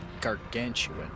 gargantuan